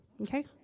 okay